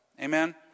Amen